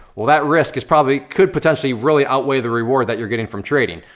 well that risk is probably, could potentially, really, outweigh the reward that you're getting from trading.